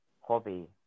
Hobby